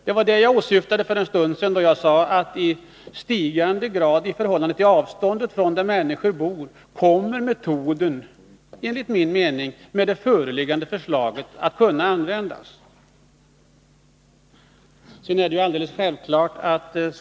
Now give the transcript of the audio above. Det var det jag åsyftade när jag sade att med det föreliggande förslaget kommer metoden enligt min mening att kunna användas i stigande grad i förhållande till avståndet från människors bostäder.